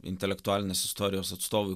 intelektualinės istorijos atstovui